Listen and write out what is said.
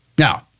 Now